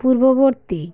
পূর্ববর্তী